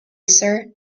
sir